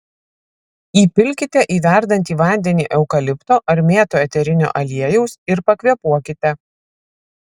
įpilkite į verdantį vandenį eukalipto ar mėtų eterinio aliejaus ir pakvėpuokite